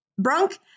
Brunk